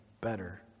better